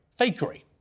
fakery